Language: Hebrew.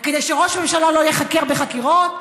כדי שראש ממשלה לא ייחקר בחקירות?